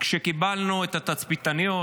כשקיבלנו את התצפיתניות,